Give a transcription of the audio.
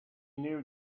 knew